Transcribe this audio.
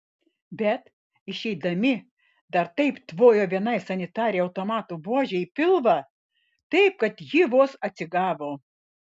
bet išeidami dar taip tvojo vienai sanitarei automato buože į pilvą taip kad ji vos atsigavo